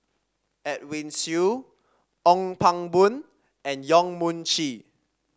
Edwin Siew Ong Pang Boon and Yong Mun Chee